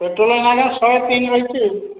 petrol ର ମାନେ ଶହେ ତିନି ରହିଛି